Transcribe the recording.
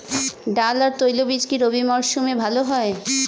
ডাল আর তৈলবীজ কি রবি মরশুমে ভালো হয়?